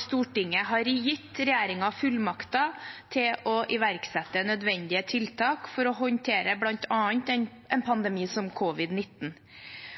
Stortinget har gitt regjeringen fullmakter til å iverksette nødvendige tiltak for å håndtere bl.a. en